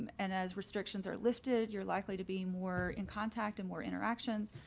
and as restrictions are lifted, you're likely to be more in contact and more interactions.